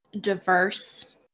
diverse